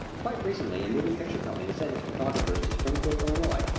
quite recently a moving picture company sent its photographers to springfield, illinois,